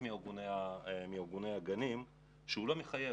מארגוני הגנים הוא עדיין לא מחייב,